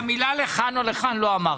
את המילה לכאן או לכאן לא אמרתי.